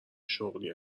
شغلی